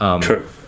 True